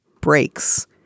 breaks